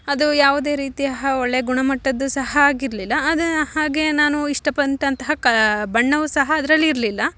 ಅದು ಯಾವುದೇ ರೀತಿಯ ಅಹ ಒಳ್ಳೆಯ ಗುಣಮಟ್ಟದ ಸಹ ಆಗಿರ್ಲಿಲ್ಲ ಆದರೆ ಹಾಗೆ ನಾನು ಇಷ್ಟಪಂತಂತಹ ಕ ಬಣ್ಣವು ಸಹ ಅದರಲ್ಲಿ ಇರಲಿಲ್ಲ